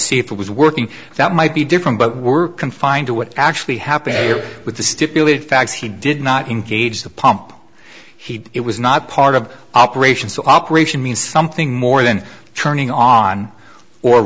see if it was working that might be different but we're confined to what actually happened with the stipulated facts he did not engage the pump he it was not part of operation so operation means something more than turning on or